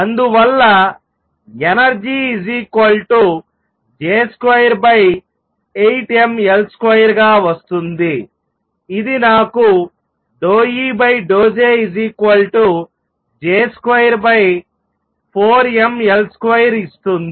అందువల్ల energy J28mL2 గా వస్తుంది ఇది నాకు ∂E∂JJ24mL2 ఇస్తుంది